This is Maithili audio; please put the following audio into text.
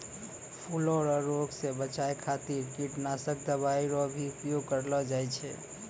फूलो रो रोग से बचाय खातीर कीटनाशक दवाई रो भी उपयोग करलो जाय छै